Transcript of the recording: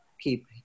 keep